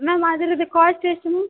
ma'am ಅದರದ್ದು cost ಎಷ್ಟು ಮ್